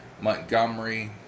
Montgomery